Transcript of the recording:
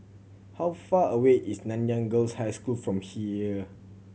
how far away is Nanyang Girls' High School from here